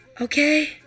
Okay